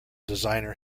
designer